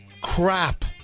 crap